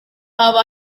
haba